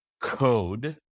code